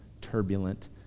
turbulent